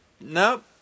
nope